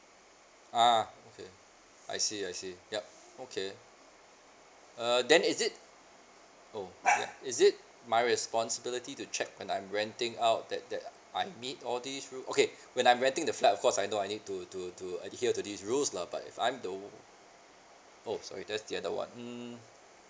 ah okay I see I see yup okay err then is it oh ya is it my responsibility to check when I'm renting out that that I meet all this ru~ okay when I'm renting the flat of course I know I need to to to adhere to these rules lah but if I'm the oh sorry that's the other one mm